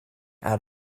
out